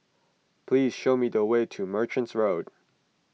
please show me the way to Merchant Road